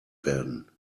werden